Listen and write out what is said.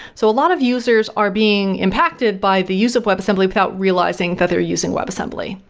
so, a lot of users are being impacted by the use of web assembly without realizing that they are using web assembly.